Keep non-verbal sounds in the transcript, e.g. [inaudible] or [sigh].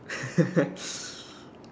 [laughs]